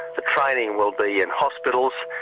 the training will be in hospitals,